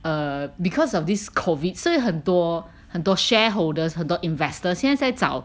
err because of this COVID 所以很多很多 shareholders 很多 investors 现在再找